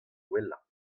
gwellañ